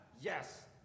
yes